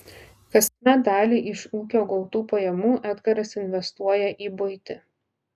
kasmet dalį iš ūkio gautų pajamų edgaras investuoja į buitį